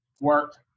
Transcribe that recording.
work